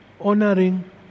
honoring